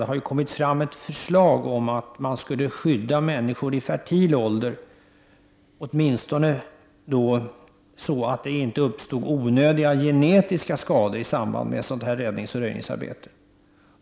Det har kommit fram ett förslag om att människor i fertil ålder skall skyddas, åtminstone så att det inte skall uppstå onödiga genetiska skador i samband med övningsoch röjningsarbete.